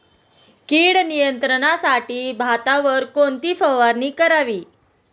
कीड नियंत्रणासाठी भातावर कोणती फवारणी करावी?